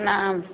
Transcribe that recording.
प्रणाम